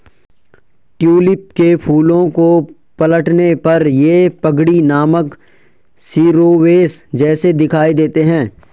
tulip के फूलों को पलटने पर ये पगड़ी नामक शिरोवेश जैसे दिखाई देते हैं